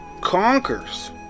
conquers